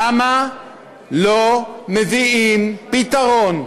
למה לא מביאים פתרון,